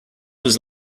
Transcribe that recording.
was